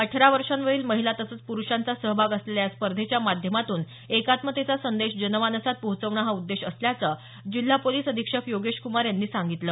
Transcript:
अठरा वर्षावरील महिला तसंच प्रुषांचा सहभाग असलेल्या या स्पर्धेच्या माध्यमातून एकात्मतेचा संदेश जनमानसात पोहोचवणं हा उद्देश असल्याचं जिल्हा पोलिस अधीक्षक योगेशक्मार यांनी सांगितलं